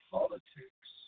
Politics